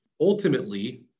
Ultimately